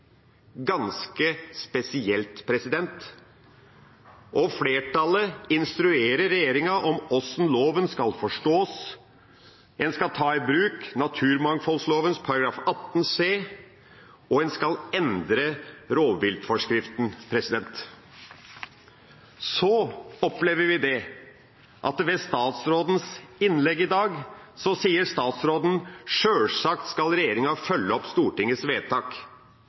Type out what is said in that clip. ganske spesielt – og flertallet instruerer regjeringa om hvordan loven skal forstås: En skal ta i bruk naturmangfoldloven § 18 c, og en skal endre rovviltforskriften. Så opplever vi at statsråden i sitt innlegg i dag sier: Sjølsagt skal regjeringa følge opp Stortingets vedtak,